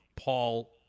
Paul